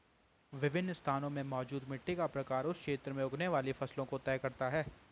विभिन्न स्थानों में मौजूद मिट्टी का प्रकार उस क्षेत्र में उगने वाली फसलों को तय करता है